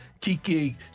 Kiki